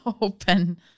open